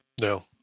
No